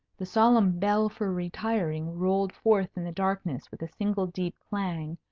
the solemn bell for retiring rolled forth in the darkness with a single deep clang,